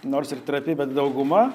nors ir trapi bet dauguma